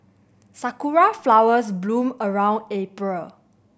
sakura flowers bloom around April